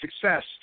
success